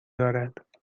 دارد